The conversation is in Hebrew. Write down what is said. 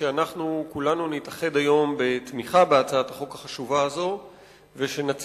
שכולנו נתאחד היום בתמיכה בהצעת החוק החשובה הזו ושנצליח